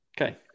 Okay